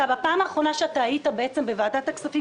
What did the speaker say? בפעם האחרונה שאתה היית בוועדת הכספים,